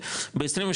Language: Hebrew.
וב-23,